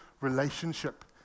relationship